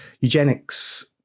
eugenics